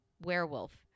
werewolf